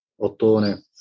ottone